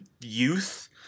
youth